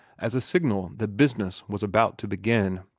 as a signal that business was about to begin.